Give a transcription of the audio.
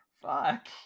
Fuck